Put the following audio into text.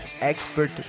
Expert